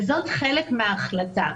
זה חלק מההחלטה.